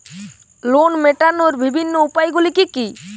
Loan মেটানোর বিভিন্ন উপায়গুলি কী কী?